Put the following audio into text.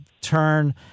turn